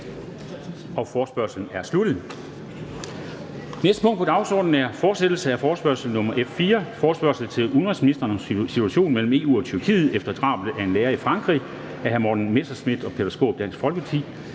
er forespørgslen afsluttet. --- Det næste punkt på dagsordenen er: 3) Fortsættelse af forespørgsel nr. F 14 [afstemning]: Forespørgsel til udenrigsministeren om situationen mellem EU og Tyrkiet efter drabet af en lærer i Frankrig. Af Morten Messerschmidt (DF) og Peter Skaarup